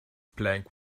plank